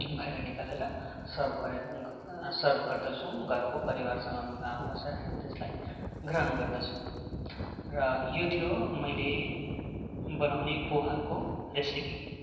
बाहिर निकालेर सर्भ गरे सर्भ गर्दछौँ घरको परिवारसँग बसेर हामी त्यसलाई ग्रहण गर्दछौँ र यो थियो मैले बनाउने पोहाको रेसिपी